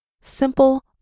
Simple